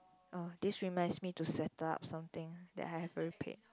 oh this reminds me to settle up something that I haven't paid